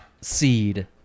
Seed